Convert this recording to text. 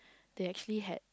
they actually had